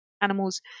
animals